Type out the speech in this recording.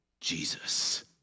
Jesus